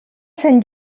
sant